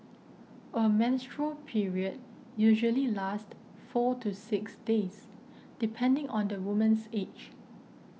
a menstrual period usually lasts four to six days depending on the woman's age